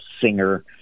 singer